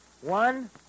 one